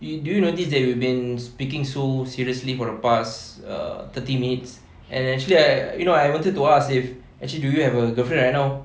do you notice that we've been speaking so seriously for the past uh thirty minutes and actually I you know I wanted to ask if actually do you have a girlfriend right now